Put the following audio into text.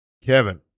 Kevin